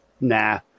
nah